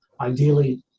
ideally